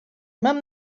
mam